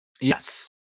Yes